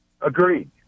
Agreed